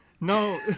No